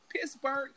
Pittsburgh